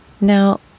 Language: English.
now